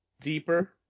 deeper